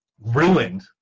ruined